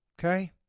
Okay